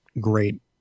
great